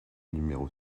numéro